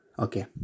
Okay